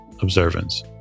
observance